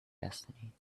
destiny